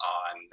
on